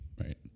Right